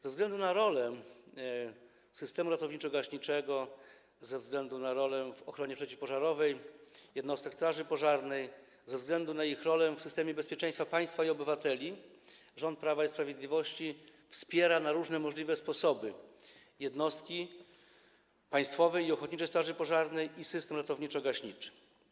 Ze względu na rolę systemu ratowniczo-gaśniczego, ze względu na rolę w ochronie przeciwpożarowej jednostek straży pożarnej, ze względu na ich rolę w systemie bezpieczeństwa państwa i obywateli rząd Prawa i Sprawiedliwości wspiera na różne możliwe sposoby jednostki państwowej i ochotniczej straży pożarnej oraz system ratowniczo-gaśniczy.